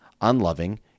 unloving